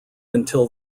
until